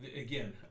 Again